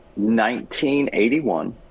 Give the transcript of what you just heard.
1981